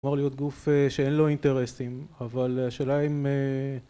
אמור להיות גוף שאין לו אינטרסטים, אבל השאלה אם...